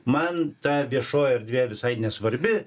man ta viešoji erdvė visai nesvarbi